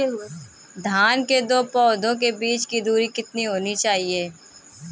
धान के दो पौधों के बीच की दूरी कितनी होनी चाहिए?